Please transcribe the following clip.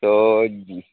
تو